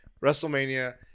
WrestleMania